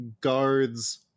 guards